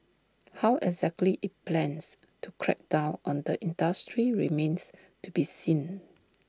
how exactly IT plans to crack down on the industry remains to be seen